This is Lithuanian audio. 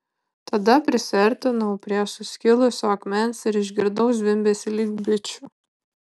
tada prisiartinau prie suskilusio akmens ir išgirdau zvimbesį lyg bičių